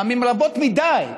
פעמים רבות מדי,